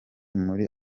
muri